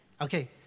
Okay